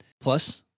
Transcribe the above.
Plus